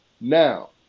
Now